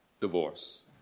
divorce